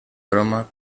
broma